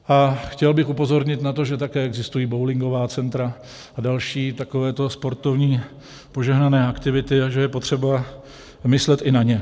A chtěl bych upozornit na to, že také existují bowlingová centra a další takovéto sportovní požehnané aktivity a že je potřeba myslet i na ně.